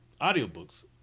audiobooks